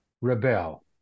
rebel